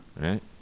Right